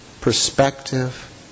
perspective